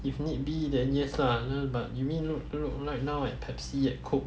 if need be then yes lah but you mean like now at Pepsi and Coke